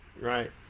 right